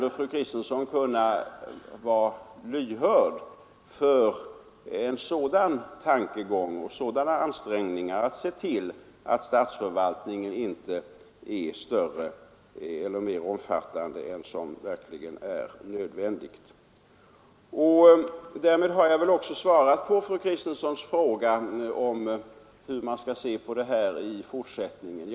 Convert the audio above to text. Fru Kristensson borde väl ändå kunna vara lyhörd för tankegången att statsförvaltningen inte skall vara mera omfattande än vad som verkligen är nödvändigt. Därmed har jag väl ändå svarat på fru Kristenssons fråga om hur man skall se på det här i fortsättningen.